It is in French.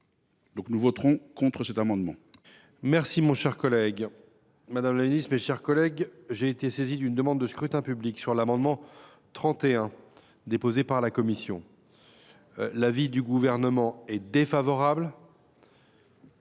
vote. Nous voterons contre cet amendement.